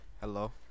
Hello